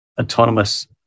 autonomous